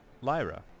Lyra